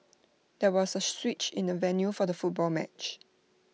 there was A switch in the venue for the football match